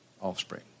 offspring